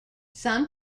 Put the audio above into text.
some